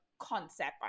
concept